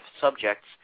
subjects